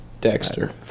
Dexter